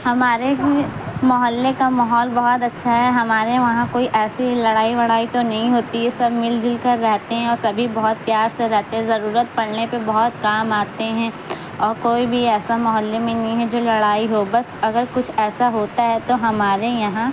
ہمارے ہوئے محلے کا ماحول بہت اچھا ہے ہمارے وہاں کوئی ایسی لڑائی وڑائی تو نہیں ہوتی سب مل جل کر رہتے ہیں اور سبھی بہت پیار سے رہتے ہیں ضرورت پڑنے پہ بہت کام آتے ہیں اور کوئی بھی ایسا محلے میں نہیں ہے جو لڑائی ہو بس اگر کچھ ایسا ہوتا ہے تو ہمارے یہاں